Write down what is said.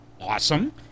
awesome